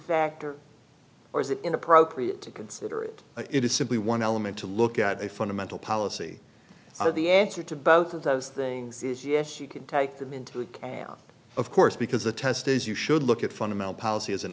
factor or is it inappropriate to consider it it is simply one element to look at a fundamental policy or the answer to both of those things is yes you can take them into the chaos of course because the test is you should look at fundamental policy as an